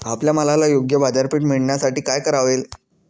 आपल्या मालाला योग्य बाजारपेठ मिळण्यासाठी काय करावे?